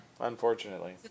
unfortunately